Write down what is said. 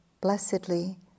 blessedly